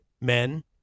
men